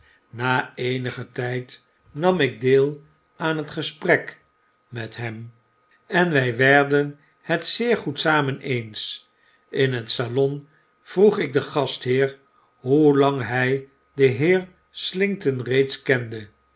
na eenigen tyd nam ik deel aan het gesprek met hem en wy werden het zeer goed samen eens in het salon vroeg ik den gastheer hoe lang hy den heer slinkton reeds kende